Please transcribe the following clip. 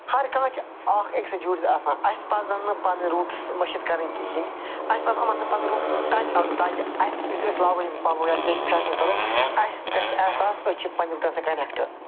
ہر کانٛہہ چھِ اکھ أکِس سۭتۍ جوٗڈتھ آسان اَسہِ پزن نہٕ پنٕنۍ روٗٹٕس مٔشٕتھ کَرٕنۍ کِہیٖنۍ اَسہِ پَزِ یِمن سۭتۍ پنٕنۍ رُ ٹچ اپ دِنۍ تاکہِ اَسہِ یُتہٕ أسۍ لاگو یِم پَلو یا کیٚنٛہہ فٮ۪شن کَرو اَسہِ گَژھِ احساس أسۍ چھِ پنٛٮ۪ن روٗٹن سۭتۍ کنٮ۪کٹ